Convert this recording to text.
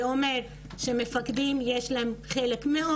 זה אומר שמפקדים יש להם חלק מאוד